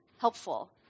helpful